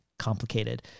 complicated